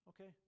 okay